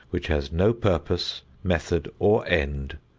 which has no purpose, method or end,